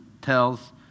tells